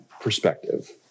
perspective